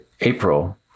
April